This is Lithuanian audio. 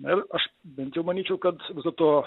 na ir aš bent jau manyčiau kad viso to